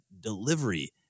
delivery